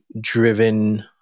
driven